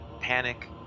panic